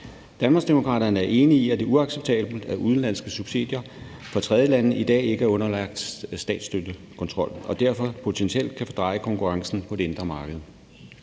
Danmarksdemokraterne er enige i, at det er uacceptabelt, at udenlandske subsidier fra tredjelande i dag ikke er underlagt statsstøttekontrol og derfor potentielt kan fordreje konkurrencen på det indre marked.